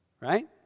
Right